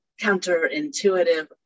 counterintuitive